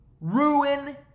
ruin